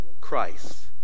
Christ